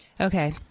Okay